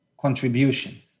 contribution